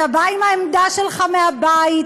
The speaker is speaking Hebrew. אתה בא עם העמדה שלך מהבית,